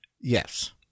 Yes